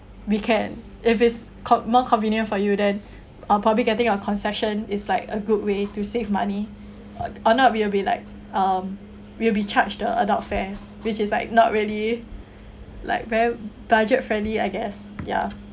we can if it's more convenient for you then I'll probably getting a concession is like a good way to save money or not we'll be like um we will be charged the adult fare which is like not really like very budget friendly I guess ya